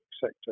sector